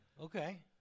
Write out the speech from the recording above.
Okay